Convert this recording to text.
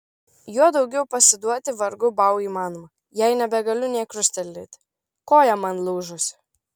jau daugiau pasiduoti vargu bau įmanoma jei nebegaliu nė krustelėti koja man lūžusi